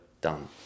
done